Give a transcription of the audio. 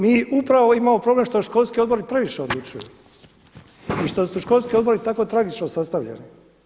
Mi upravo imamo problem što školski odbori i previše odlučuju i što su školski odbori tako tragično sastavljeni.